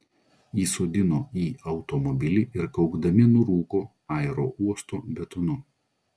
įsodino į automobilį ir kaukdami nurūko aerouosto betonu